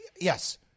yes